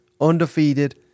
undefeated